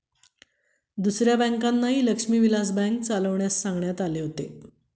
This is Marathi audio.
दुसऱ्या बँकांनाही लक्ष्मी विलास बँक चालविण्यास सांगण्यात आले होते